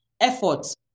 efforts